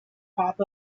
pop